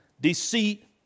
deceit